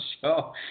show